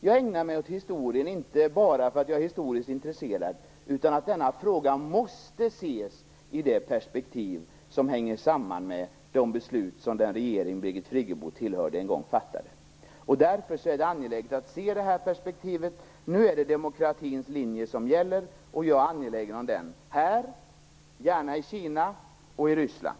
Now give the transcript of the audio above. Jag ägnar mig åt historien inte bara därför att jag är historiskt intresserad, utan för att denna fråga måste ses i ett perspektiv som hänger samman med de beslut som den regering som Birgit Friggebo tillhörde en gång fattade. Därför är det angeläget att se det här perspektivet. Nu är det demokratins linje som gäller, och jag är angelägen om den - här, gärna i Kina och i Ryssland.